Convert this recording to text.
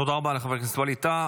תודה רבה לחבר הכנסת ווליד טאהא.